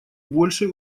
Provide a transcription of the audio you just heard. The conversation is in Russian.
больше